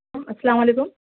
السلام علیکم